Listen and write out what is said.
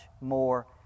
more